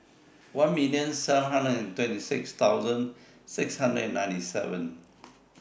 one million seven hundred and twenty six thousand six hundred and ninety seven